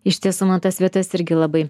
iš tiesų man tas vietas irgi labai